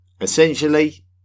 essentially